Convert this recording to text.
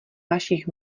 vašich